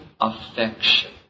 affection